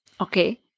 Okay